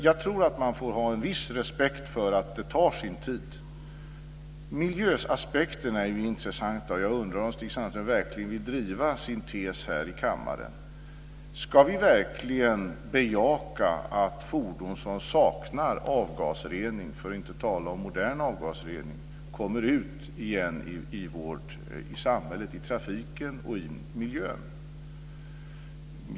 Jag tror att vi får ha en viss respekt för att det tar sin tid. Miljöaspekterna är intressanta, och jag undrar om Stig Sandström verkligen vill driva sin tes här i kammaren. Ska vi verkligen bejaka att fordon som saknar avgasrening, för att inte tala om modern avgasrening, kommer ut i trafiken och påverkar miljön?